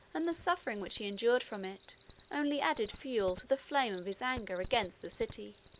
and, the suffering which he endured from it only added fuel to the flame of his anger against the city.